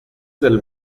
del